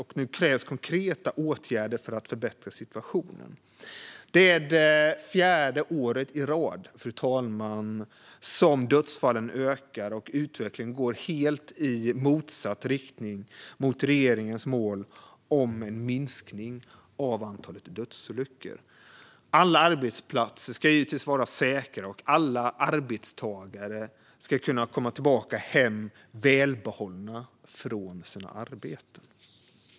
Nu krävs konkreta åtgärder för att förbättra situationen. Det är det fjärde året i rad, fru talman, som dödsfallen ökar. Utvecklingen går i helt motsatt riktning i förhållande till regeringens mål om en minskning av antalet dödsolyckor. Alla arbetsplatser ska givetvis vara säkra, och alla arbetstagare ska kunna komma hem välbehållna från sina arbeten.